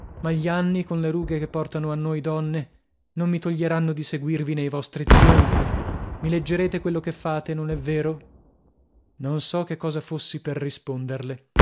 ma gli anni con le rughe che portano a noi donne non mi toglieranno di seguirvi nei vostri trionfi mi leggerete quello che fate non è vero non so che cosa fossi per risponderle